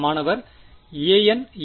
மாணவர் ஒரு ans